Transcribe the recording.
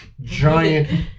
giant